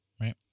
Right